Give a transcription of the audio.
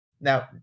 Now